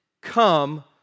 Come